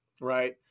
right